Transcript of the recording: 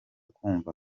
kumva